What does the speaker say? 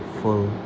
full